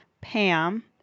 pam